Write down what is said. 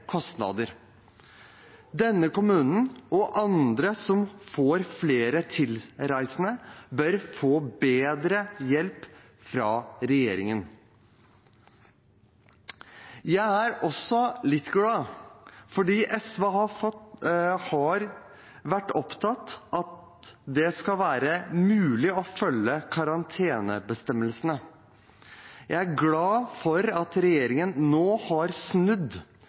tilreisende, bør få bedre hjelp fra regjeringen. Jeg er også litt glad, for SV har vært opptatt av at det skal være mulig å følge karantenebestemmelsene. Jeg er glad for at regjeringen nå har snudd